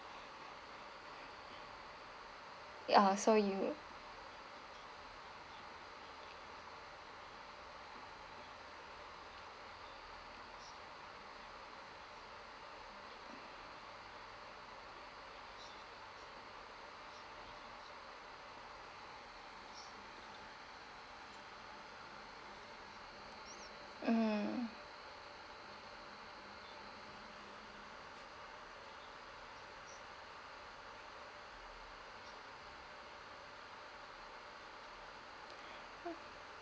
ya so you mmhmm